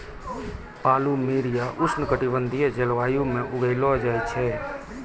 plumeria उष्ण कटिबंधीय जलवायु म उगैलो जाय छै